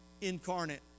incarnate